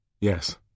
Yes